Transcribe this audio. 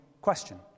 question